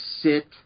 sit